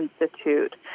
Institute